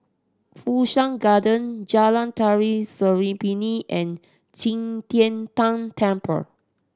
Fu Shan Garden Jalan Tari Serimpi and Qi Tian Tan Temple